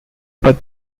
about